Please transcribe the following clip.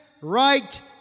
Right